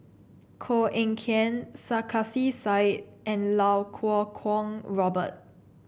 Koh Eng Kian Sarkasi Said and Iau Kuo Kwong Robert